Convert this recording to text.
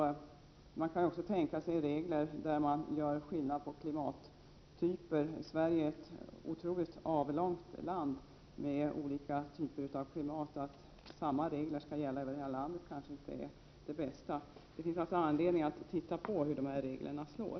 Man kan också tänka sig regler där det görs skillnad på klimattyper. Sverige är ett mycket avlångt land med olika typer av klimat, och att samma regler skall gälla över hela landet är kanske inte det bästa. Det finns alltså anledning att se på hur dessa regler slår.